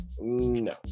No